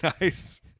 nice